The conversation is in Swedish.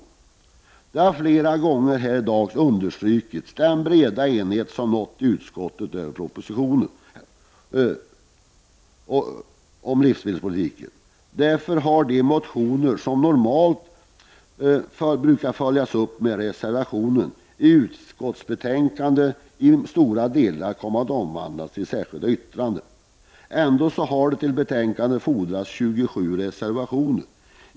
Flera gånger har vi hört talare här i dag understryka den breda enighet som vi i utskottet har uppnått när det gäller den aktuella propositionen om livsmedelspolitiken. Därför har motionerna i stor utsträckning utmynnat i särskilda yttranden i betänkandet i stället för i reservationer, som är det normala. Ändå är det 27 reservationer som har fogats till betänkandet.